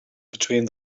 between